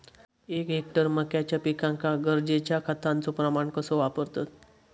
एक हेक्टर मक्याच्या पिकांका गरजेच्या खतांचो प्रमाण कसो वापरतत?